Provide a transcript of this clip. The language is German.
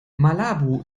malabo